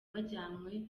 bajyanywe